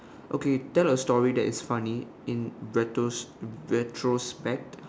okay tell a story that is funny in retro~ retrospect